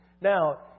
Now